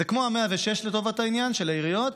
זה כמו ה-106, לטובת העניין, של העיריות,